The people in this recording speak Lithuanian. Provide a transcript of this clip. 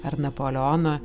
ar napoleono